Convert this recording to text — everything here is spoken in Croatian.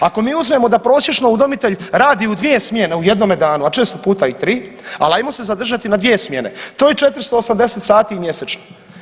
Ako mi uzmemo da prosječno udomitelj radi u dvije smjene u jednome danu, a često puta i tri, ali ajmo se zadržati na dvije smjene to je 480 sati mjesečno.